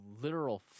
literal